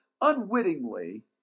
unwittingly